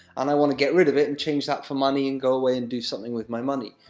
and i want to get rid of it, and change that for money, and go away and do something with my money.